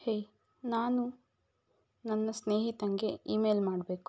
ಹೇಯ್ ನಾನು ನನ್ನ ಸ್ನೇಹಿತನಿಗೆ ಈಮೇಲ್ ಮಾಡಬೇಕು